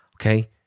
okay